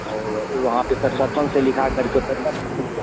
और वहाँ पर सर सरपंच से लिखाकर सरपंच और मुखिया